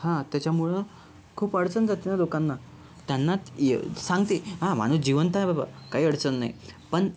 हा त्याच्यामुळं खूप अडचण जाते ना लोकांना त्यांना सांगते हा माणूस जिवंत आहे बाबा काही अडचण नाही पण